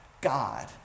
God